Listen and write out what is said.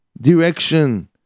direction